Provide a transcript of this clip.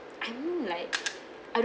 I know like I don't